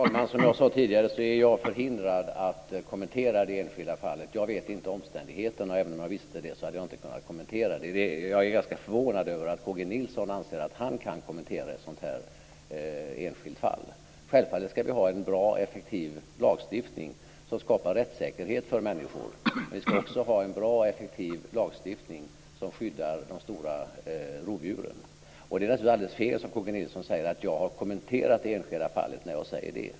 Herr talman! Som jag sade tidigare är jag förhindrad att kommentera det enskilda fallet. Jag känner inte till omständigheterna, och även om jag kände till dem hade jag inte kunnat kommentera det. Jag är förvånad över att Carl G Nilsson anser att han kan kommentera ett enskilt fall. Självfallet ska vi ha en bra och effektiv lagstiftning som skapar rättssäkerhet för människor. Men vi ska också ha en bra och effektiv lagstiftning som skyddar de stora rovdjuren. Det är naturligtvis helt fel, som Carl G Nilsson säger, att jag har kommenterat det enskilda fallet när jag säger det.